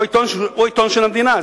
הוא עיתון של המדינה,